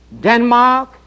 Denmark